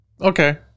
Okay